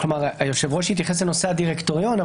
--- היושב-ראש התייחס לנושא הדירקטוריון.